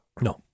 No